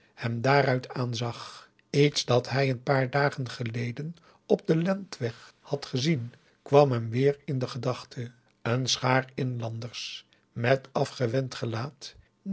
hem daaruit aanzag iets dat hij een paar dagen geleden op den landweg had gezien kwam hem weer in de gedachte een schaar inlanders met afgewend gelaat